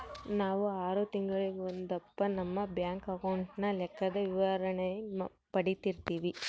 ನಾವು ಆರು ತಿಂಗಳಿಗೊಂದಪ್ಪ ನಮ್ಮ ಬ್ಯಾಂಕ್ ಅಕೌಂಟಿನ ಲೆಕ್ಕದ ವಿವರಣೇನ ಪಡೀತಿರ್ತೀವಿ